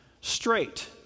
straight